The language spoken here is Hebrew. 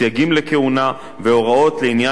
הוראות לעניין ניגודי עניינים ועוד.